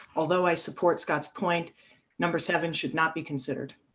although i support scott's point number seven should not be considered.